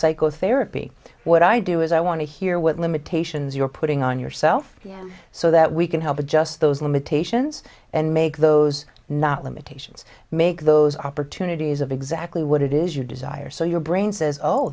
psychotherapy what i do is i want to hear what limitations you're putting on yourself yeah so that we can help adjust those limitations and make those not limitations make those opportunities of exactly what it is you desire so your brain says oh